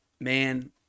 man